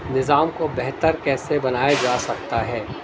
نظام کو بہتر کیسے بنایا جا سکتا ہے